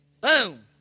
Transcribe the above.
Boom